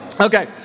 okay